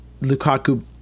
Lukaku